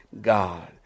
God